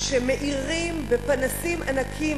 שמאירים בפנסים ענקיים,